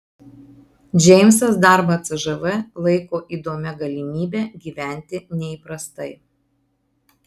džeimsas darbą cžv laiko įdomia galimybe gyventi neįprastai